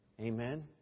Amen